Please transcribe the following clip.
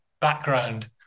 background